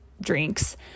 drinks